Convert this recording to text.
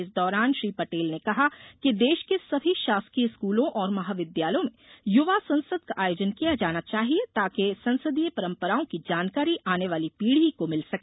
इस दौरान श्री पटेल ने कहा कि देश के सभी शासकीय स्कूलों और महाविद्यालयों में युवा संसद का आयोजन किया जाना चाहिये ताकि संसदीय परम्पराओं की जानकारी आने वाली पीढ़ी को मिल सके